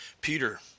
Peter